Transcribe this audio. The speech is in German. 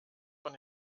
von